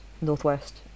Northwest